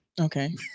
Okay